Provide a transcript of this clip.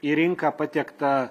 į rinką patiektą